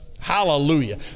Hallelujah